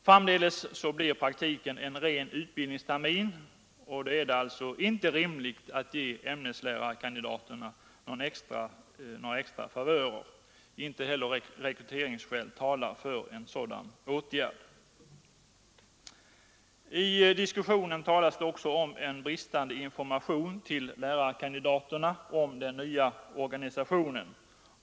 Framdeles blir praktiken en ren utbildningstermin, och då är det alltså inte rimligt att ge ämneslärarkandidaterna några extra favörer. Inte heller rekryteringsskäl talar för en sådan åtgärd. I diskussionen talas det också om bristande information till lärarkandidaterna om den nya organisationen.